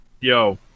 yo